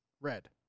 red